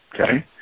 Okay